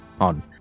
on